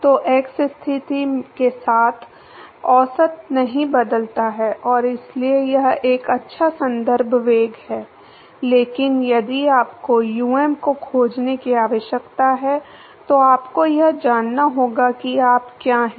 तो एक्स स्थिति के साथ औसत नहीं बदलता है और इसलिए यह एक अच्छा संदर्भ वेग है लेकिन यदि आपको um को खोजने की आवश्यकता है तो आपको यह जानना होगा कि आप क्या हैं